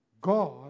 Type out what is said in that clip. God